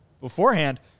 beforehand